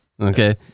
Okay